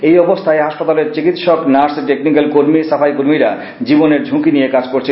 এই অবস্থায় হাসপাতালের চিকিৎসক নার্স টেকনিক্যাল কর্মী সাফাই কর্মীরা জীবনের ঝুঁকি নিয়ে কাজ করছেন